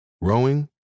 Rowing